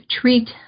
treat